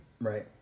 Right